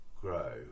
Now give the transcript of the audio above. grow